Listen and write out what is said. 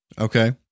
Okay